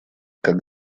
как